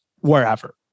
wherever